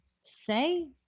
say